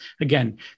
again